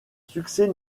succès